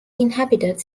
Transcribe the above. inhabited